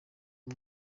uyu